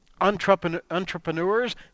entrepreneurs